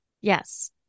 Yes